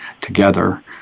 together